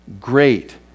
great